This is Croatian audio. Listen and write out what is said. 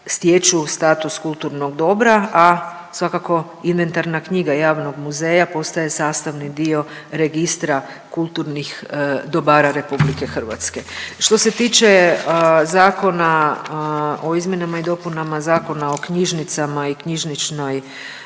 status kulturnog dobra, a svakako inventarna knjiga javnog muzeja postaje sastavni dio Registra kulturnih dobara RH. Što se tiče Zakona o izmjenama i dopunama Zakona o knjižnicama i knjižničnoj